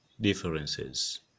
differences